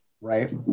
right